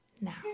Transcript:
now